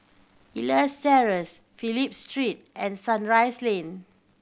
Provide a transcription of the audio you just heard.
Elias Terrace Phillip Street and Sunrise Lane